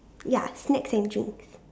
ya snacks and drinks